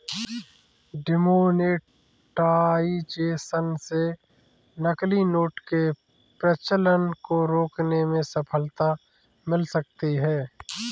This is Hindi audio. डिमोनेटाइजेशन से नकली नोट के प्रचलन को रोकने में सफलता मिल सकती है